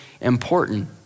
important